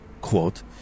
quote